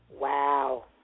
Wow